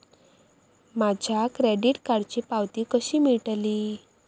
माझ्या क्रेडीट कार्डची पावती कशी मिळतली?